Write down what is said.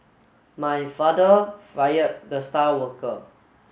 my father fired the star worker